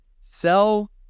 sell